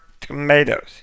tomatoes